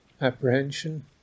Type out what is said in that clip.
apprehension